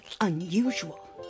unusual